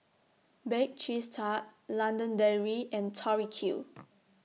Bake Cheese Tart London Dairy and Tori Q